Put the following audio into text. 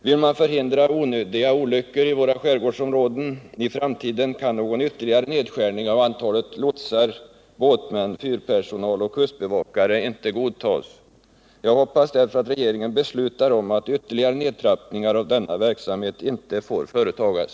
Vill man förhindra olyckor i våra skärgårdsområden i framtiden, kan någon ytterligare nedskärning av antalet lotsar, båtsmän, fyrpersonal och kustbevakare inte godtas. Jag hoppas därför att regeringen beslutar om att ytterligare nedtrappning av denna verksamhet inte får företas.